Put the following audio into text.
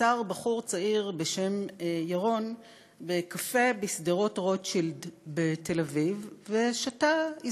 עצר בחור צעיר בשם ירון בקפה בשדרות-רוטשילד בתל-אביב ושתה,